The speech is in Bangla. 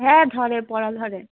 হ্যাঁ ধরে পড়া ধরে